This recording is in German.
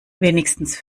wenigstens